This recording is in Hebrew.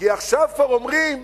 כי עכשיו כבר אומרים: